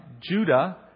Judah